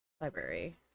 library